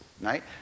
right